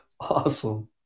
Awesome